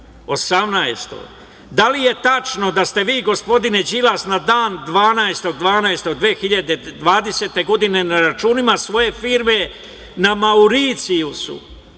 – da li je tačno da ste vi gospodine Đilas na dan 12. decembra 2020. godine na računima svoje firme na Mauricijusu